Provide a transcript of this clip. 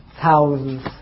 thousands